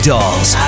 Dolls